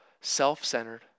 self-centered